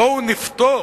בואו נפטור